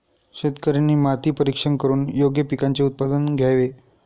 शेतकऱ्यांनी माती परीक्षण करून योग्य पिकांचे उत्पादन घ्यावे